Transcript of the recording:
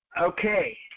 Okay